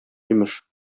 имеш